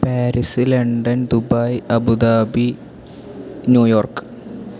Paris London Dubai Abu Dhabi New York